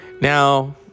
Now